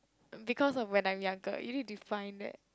because of when I we are girl you no need define that